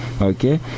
Okay